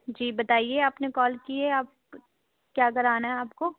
جی بتائیے آپ نے کال کی ہے آپ کیا کرانا ہے آپ کو